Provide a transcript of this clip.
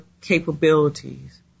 capabilities